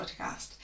podcast